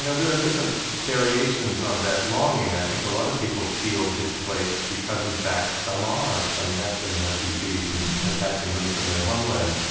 and there are different variations on that longing. i think a lot of people feel displaced because, in fact, some are. some have been refugees and have had to move from their homeland,